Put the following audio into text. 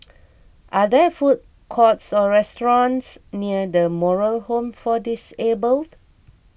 are there food courts or restaurants near the Moral Home for Disabled